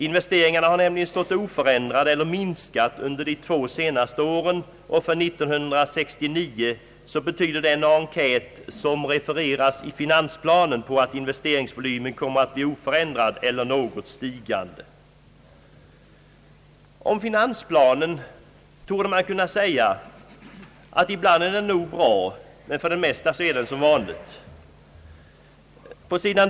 Investeringarna har nämligen stått oförändrade eller minskat under de två senaste åren, och för 1969 tyder den enkät som refereras i finansplanen på att investeringsvolymen kommer att bli oförändrad eller något stigande. Om finansplanen torde man kunna säga, att den ibland nog är bra men för det mesta är den som vanligt. På sid.